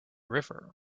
river